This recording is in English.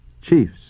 Chiefs